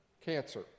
cancer